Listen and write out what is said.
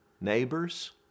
neighbors